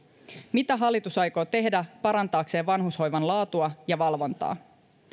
mitä hallitus aikoo tehdä parantaakseen vanhushoivan laatua ja valvontaa